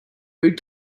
food